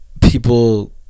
people